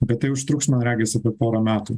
bet tai užtruks man regis apie porą metų